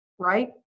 right